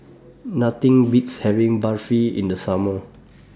Nothing Beats having Barfi in The Summer